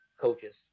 coaches